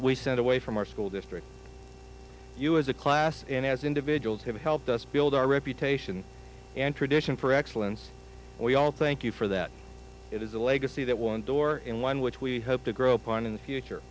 we send away from our school district you as a class and as individuals have helped us build our reputation and tradition for excellence we all thank you for that it is a legacy that one door and one which we hope to grow up on in the future